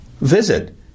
Visit